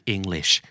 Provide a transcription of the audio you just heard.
English